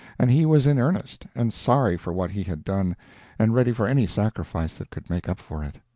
and he was in earnest, and sorry for what he had done and ready for any sacrifice that could make up for it.